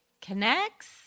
connects